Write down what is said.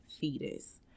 fetus